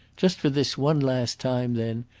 just for this one last time, then,